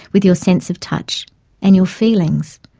with your sense of touch and your feelings?